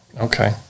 Okay